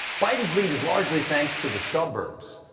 biden's lead is largely thanks to the suburbs.